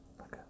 Okay